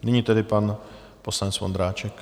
Nyní tedy pan poslanec Vondráček.